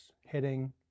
hitting